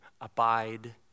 abide